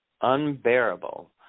unbearable